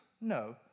No